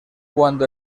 cuando